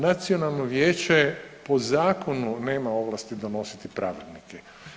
Nacionalno vijeće po zakonu nema ovlasti donositi pravilnike.